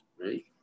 right